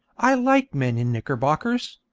i like men in knickerbockers.